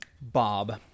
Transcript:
Bob